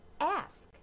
ask